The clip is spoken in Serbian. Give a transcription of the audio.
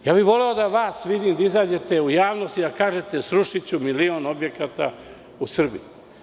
Voleo bih da vas vidim da izađete u javnosti i da kažete - srušiću milion objekata u Srbiji.